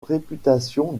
réputation